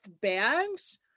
bags